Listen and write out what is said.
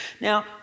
Now